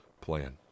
plan